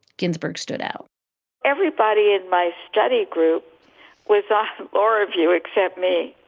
ginsburg stood out everybody in my study group was awesome or ah view except me